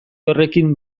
horrekin